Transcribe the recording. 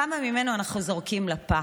כמה ממנו אנחנו זורקים לפח?